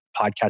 Podcast